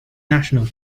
national